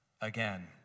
Again